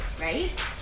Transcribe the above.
right